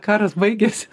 karas baigėsi